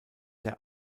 der